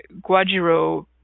Guajiro